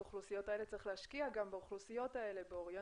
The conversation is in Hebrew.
האוכלוסיות האלה אלא צריך להשקיע גם באוכלוסיות האלה באוריינות.